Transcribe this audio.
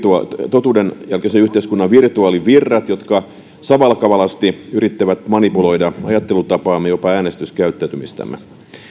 totuudenjälkeisen yhteiskunnan virtuaalivirrat jotka salakavalasti yrittävät manipuloida ajattelutapaamme ja jopa äänestyskäyttäytymistämme